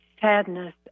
sadness